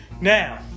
Now